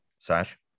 Sash